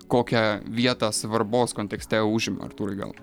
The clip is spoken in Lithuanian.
kokią vietą svarbos kontekste užima artūrai gal